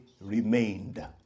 remained